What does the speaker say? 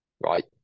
right